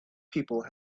people